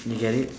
you get it